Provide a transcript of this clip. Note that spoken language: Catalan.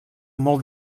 molt